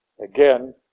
Again